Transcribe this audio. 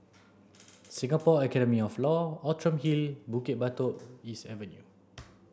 Singapore Academy of Law Outram Hill Bukit Batok East Avenue